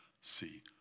see